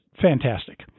fantastic